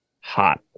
hot